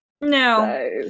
no